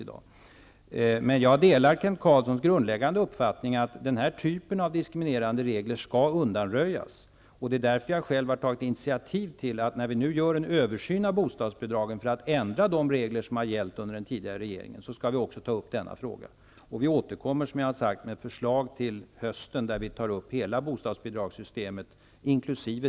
Jag delar emellertid Kent Carlssons grundläggande uppfattning att den här typen av diskriminerande regler skall undanröjas. Det är därför som jag har tagit initiativ till att ta upp denna fråga, när det nu skall göras en översyn av bostadsbidragen i syfte att ändra de regler som har gällt under den tidigare regeringen. Som jag sade återkommer vi med ett förslag till hösten, då hela bostadsbidragssystemet, inkl.